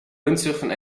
windsurfen